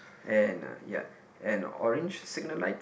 and ya and orange signal light